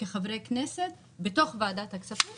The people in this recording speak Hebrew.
כחברי כנסת בתוך ועדת הכספים,